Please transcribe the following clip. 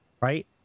right